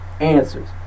Answers